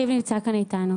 אחיו נמצא כאן איתנו.